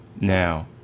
Now